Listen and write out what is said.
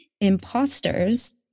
Imposters